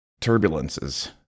turbulences